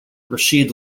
rashid